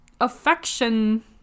affection